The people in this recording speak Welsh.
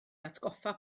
atgoffa